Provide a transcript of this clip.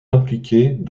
impliqués